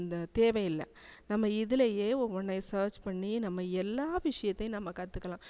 இந்த தேவையில்லை நம்ம இதுலேயே உட்னே சர்ச் பண்ணி நம்ம எல்லா விஷயத்தையும் நம்ம கற்றுக்கலாம்